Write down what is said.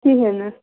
کِہیٖنٛۍ نہٕ